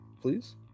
please